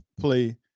play